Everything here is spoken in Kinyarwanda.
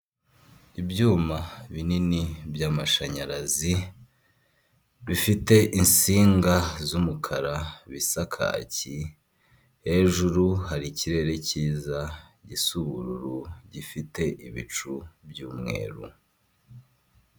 Agapapuro k'umweru kanditsweho amagambo ari mu ibara ry'umukara, handitseho amagambo yo mu kirimi cy'amahanga ruguru, ariko harimo n'amagambo yo mu kinyarwanda ariho nk'amazina nka perezida Paul Kgame ndetse n'andi mazina agiye atandukanye.